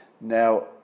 Now